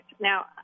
Now